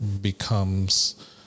becomes